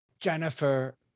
Jennifer